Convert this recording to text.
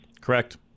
Correct